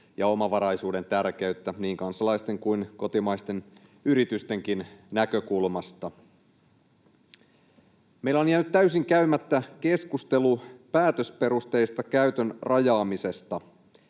ja omavaraisuuden tärkeyttä niin kansalaisten kuin kotimaisten yritystenkin näkökulmasta. Meillä on jäänyt täysin käymättä keskustelu päätösperusteisesta käytön rajaamisesta: